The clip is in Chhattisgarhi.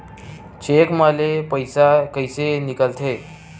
चेक म ले पईसा कइसे निकलथे?